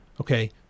okay